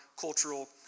cultural